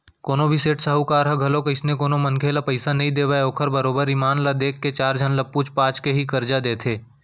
कोनो भी सेठ साहूकार मन ह घलोक अइसने कोनो मनखे ल पइसा नइ देवय ओखर बरोबर ईमान ल देख के चार झन ल पूछ पाछ के ही करजा देथे